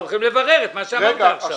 אנחנו הולכים לברר את מה שאמרת עכשיו.